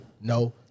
No